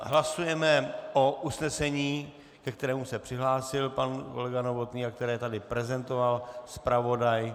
Hlasujeme o usnesení, ke kterému se přihlásil pan kolega Novotný a které tady prezentoval zpravodaj.